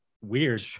weird